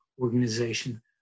organization